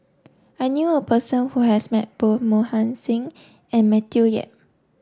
I knew a person who has met both Mohan Singh and Matthew Yap